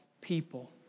people